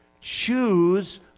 Choose